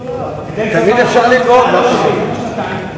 בקדנציה הבאה אפשר לארבע, למה שנתיים?